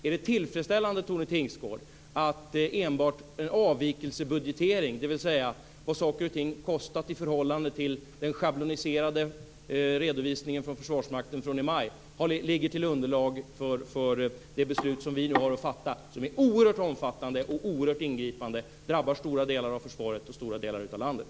Är det tillfredsställande, Tone Tingsgård, att enbart avvikelsebudgetering, dvs. vad saker och ting kostat i förhållande till den schabloniserade redovisningen från Försvarsmakten från i maj, ligger till underlag för det beslut som vi har att fatta? Det är ett oerhört omfattande och ingripande beslut. Det drabbar stora delar av försvaret och stora delar av landet.